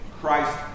Christ